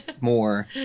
more